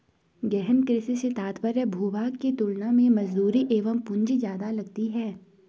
गहन कृषि से तात्पर्य भूभाग की तुलना में मजदूरी एवं पूंजी ज्यादा लगती है